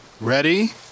Ready